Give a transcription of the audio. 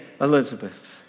Elizabeth